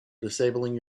disabling